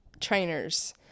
trainers